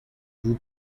vous